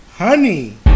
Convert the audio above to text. Honey